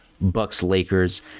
Bucks-Lakers